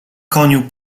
koniu